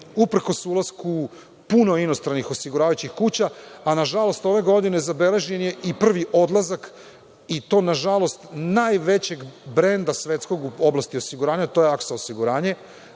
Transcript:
uprkos ulasku puno inostranih osiguravajućih kuća. Nažalost, ove godine zabeležen je i prvi odlazak i to nažalost najvećeg brenda svetskog u oblasti osiguranja. To je Aksa osiguranje.